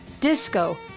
disco